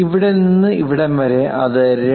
ഇവിടെ നിന്ന് ഇവിടെ വരെ അത് 2